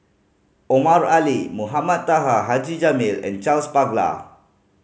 Omar Ali Mohamed Taha Haji Jamil and Charles Paglar